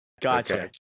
gotcha